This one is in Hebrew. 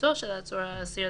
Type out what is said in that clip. בהשתתפותו של העצור או האסיר,